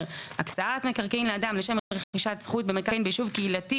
הקצאת מקרקעין לאדם לשם רכישת זכות במקרקעין ביישוב קהילתי